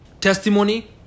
testimony